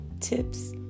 Tips